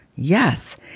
yes